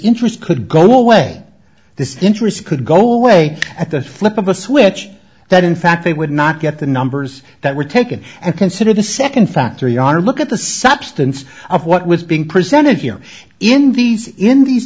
interest could go away this interest could go away at the flip of a switch that in fact they would not get the numbers that were taken and considered a second factory are look at the substance of what was being presented here in these in these